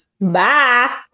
Bye